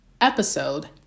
episode